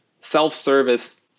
self-service